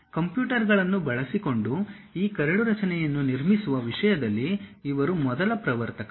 ಕಂಪ್ಯೂಟರ್ಗಳನ್ನು ಬಳಸಿಕೊಂಡು ಈ ಕರಡು ರಚನೆಯನ್ನು ನಿರ್ಮಿಸುವ ವಿಷಯದಲ್ಲಿ ಇವರು ಮೊದಲ ಪ್ರವರ್ತಕರು